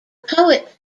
poet